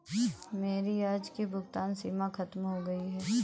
मेरी आज की भुगतान सीमा खत्म हो गई है